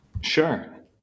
Sure